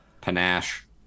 panache